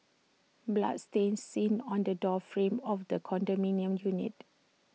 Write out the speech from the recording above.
blood stain seen on the door frame of the condominium unit